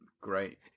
great